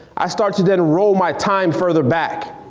i start to then roll my time further back.